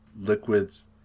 liquids